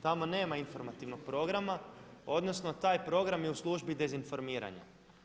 Tamo nema informativnog programa, odnosno taj program je u službi dezinformiranja.